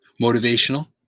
motivational